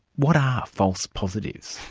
what are false positives?